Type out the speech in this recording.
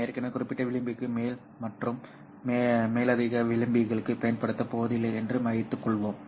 இந்த விஷயத்தில் நாம் ஏற்கனவே குறிப்பிட்ட விளிம்புக்கு மேல் மற்றும் மேலதிக விளிம்புகளைப் பயன்படுத்தப் போவதில்லை என்று வைத்துக் கொள்வோம்